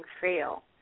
fail